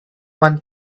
one